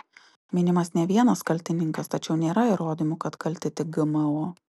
minimas ne vienas kaltininkas tačiau nėra įrodymų kad kalti tik gmo